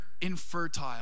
infertile